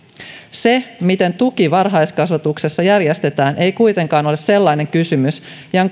se miten tuki varhaiskasvatuksessa järjestetään ei kuitenkaan ole sellainen kysymys